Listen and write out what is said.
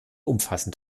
umfassend